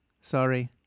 Sorry